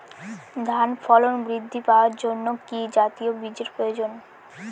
ধানে ফলন বৃদ্ধি পাওয়ার জন্য কি জাতীয় বীজের প্রয়োজন?